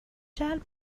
جلب